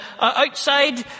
outside